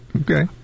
okay